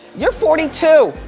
you're forty two,